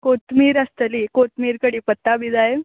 कोतमीर आसतली कोतमीर कडिपत्ता बी जाय